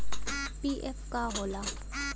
PF का होला?